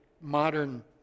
modern